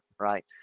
right